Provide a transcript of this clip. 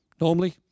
normally